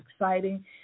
exciting